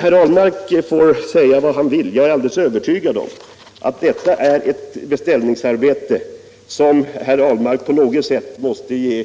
Per Ahlmark får säga vad han vill, jag är alldeles övertygad om att detta är ett beställningsarbete men något som Per Ahlmark vill ge